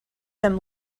them